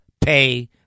pay